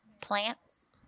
plants